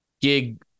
gig